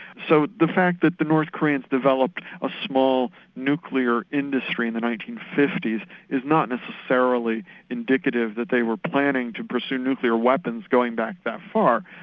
so the fact that the north koreans developed a small nuclear industry in the nineteen fifty s is not necessarily indicative that they were planning to pursue nuclear weapons going back that far,